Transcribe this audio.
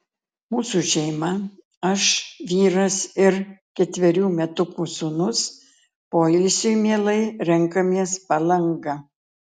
mūsų šeima aš vyras ir ketverių metukų sūnus poilsiui mielai renkamės palangą